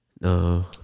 No